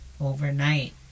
overnight